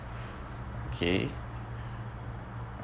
okay